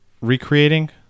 recreating